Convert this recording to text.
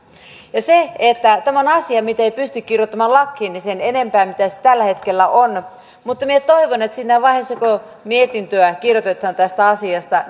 ja tämä on asia mitä ei pysty kirjoittamaan lakiin sen enempää kuin se tällä hetkellä on mutta minä toivon että siinä vaiheessa kun mietintöä kirjoitetaan tästä asiasta